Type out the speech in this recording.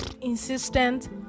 insistent